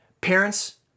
parents